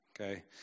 Okay